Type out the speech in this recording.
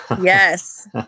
Yes